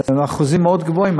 זה באחוזים מאוד גבוהים,